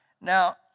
now